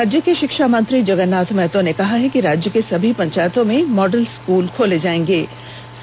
राज्य के शिक्षा मंत्री जगन्नाथ महतो ने कहा है कि राज्य के सभी पंचायतों में मॉडल स्कूल खोला जायेगा